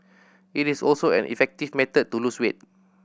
it is also an effective method to lose weight